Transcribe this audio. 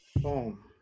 Boom